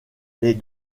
les